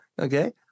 Okay